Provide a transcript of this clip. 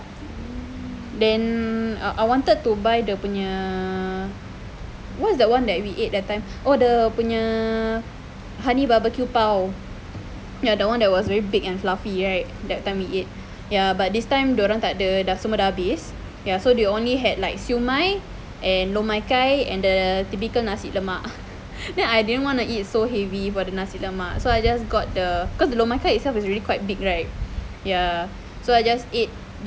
then I wanted to buy dia punya what's the one that we ate that time oh dia punya honey barbecue bao the one that was very big and fluffy right that time we ate ya but this time dorang tak ada semua dah habis so they only had like siew mai and lor mai kai and the typical nasi lemak so I didn't want to eat so heavy for the nasi lemak so I just got the cause the lor mai kai itself is already quite big right